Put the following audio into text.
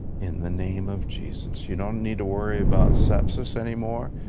in the name of jesus. you don't need to worry about sepsis anymore.